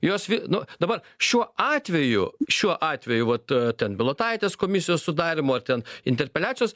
jos nu dabar šiuo atveju šiuo atveju vat ten bilotaitės komisijos sudarymu ar ten interpeliacijos